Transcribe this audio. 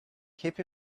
keep